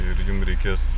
ir jum reikės